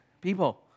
people